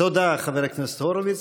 תודה, חבר הכנסת הורוביץ.